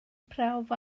prawf